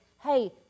hey